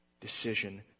decision